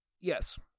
yes